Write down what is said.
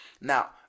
Now